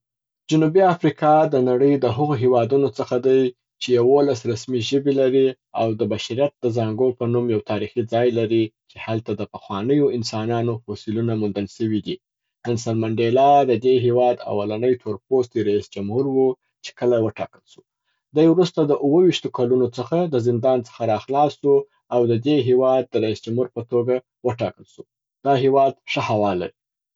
جنوبي افریکا د نړۍ د هغو هیوادونو څخه دی چې یولس رسمي ژبې لري او د بشریت د زانګو په نوم یو تاریخي ځای لري چي هلته د پخوانیو اسنانانو فوسیلونه موندل سوي دي. نیلسن منډلا د دې هیواد اولني تور پوستی ریس جمهور و چې کله و ټاکل سو. دی ورسته د اوه ویشتو کلونو څخه د زندان څخه را خلاص سو او د دې هیواد د ريس جمهور په توګه و ټاکل سو. دا هیواد ښه هوا لري.